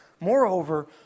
Moreover